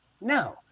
No